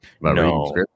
No